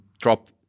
drop